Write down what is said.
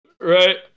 Right